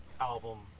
Album